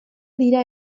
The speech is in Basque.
dira